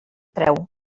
treu